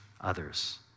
others